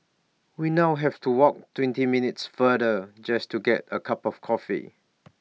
we now have to walk twenty minutes farther just to get A cup of coffee